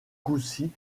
coucy